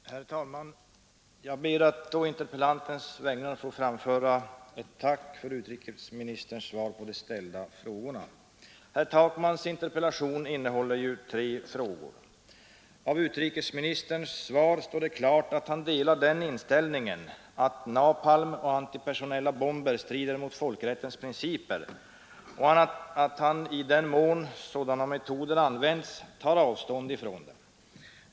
Herr talman! Jag ber att på interpellantens vägnar få framföra ett tack för utrikesministerns svar på de ställda frågorna. Herr Takmans interpellation innehåller ju tre frågor. Efter utrikesministerns svar står det klart att utrikesministern delar den inställningen att napalm och antipersonella bomber strider mot folkrättens principer och att han, i den mån sådana vapen används, tar avstånd från dem.